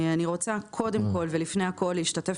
אני רוצה קודם כל ולפני הכול להשתתף